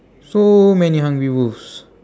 so many hungry wolves